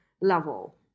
level